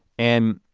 and